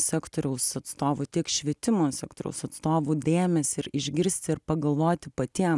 sektoriaus atstovų tiek švietimo sektoriaus atstovų dėmesį ir išgirsti ir pagalvoti patiem